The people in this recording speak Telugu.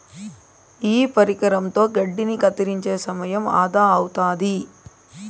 ఈ పరికరంతో గడ్డిని కత్తిరించే సమయం ఆదా అవుతాది